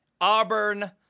Auburn